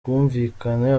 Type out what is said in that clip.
bwumvikane